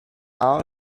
all